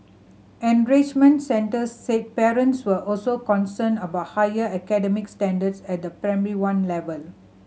enrichment centres said parents were also concerned about higher academic standards at the Primary One level